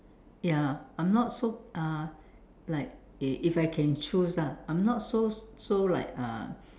ya I'm not so uh like if if I can choose ah I'm not so so like uh